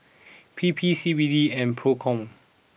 P P C B D and Procom